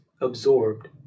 absorbed